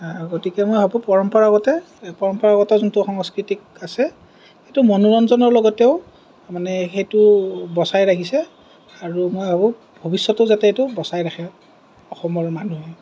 গতিকে মই ভাবোঁ পৰম্পৰাগতে পৰম্পৰাগত যোনটো সংস্কৃতিক আছে সেইটো মনোৰঞ্জনৰ লগতে মানে সেইটো বচাই ৰাখিছে আৰু মই ভাবোঁ ভৱিষ্যতেও যাতে এইটো বচাই ৰাখে অসমৰ মানুহে